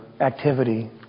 activity